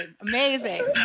Amazing